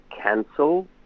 cancel